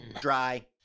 Dry